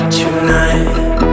tonight